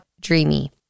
dreamy